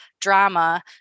drama